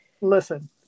Listen